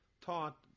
taught